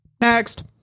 Next